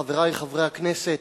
חברי חברי הכנסת,